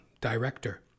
director